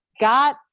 God